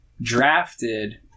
drafted